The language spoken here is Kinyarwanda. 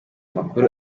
makuru